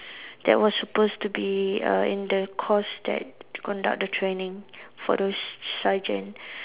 that was supposed to be a in the course that conduct the training for those sergeant